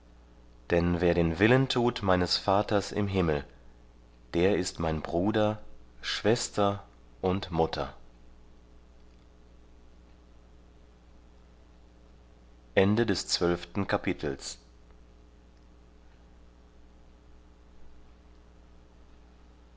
denn wer den willen tut meines vaters im himmel der ist mein bruder schwester und mutter